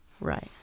Right